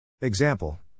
Example